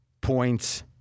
points